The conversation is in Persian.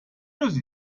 روزی